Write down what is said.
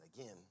again